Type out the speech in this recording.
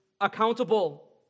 accountable